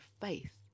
faith